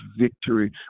victory